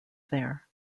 there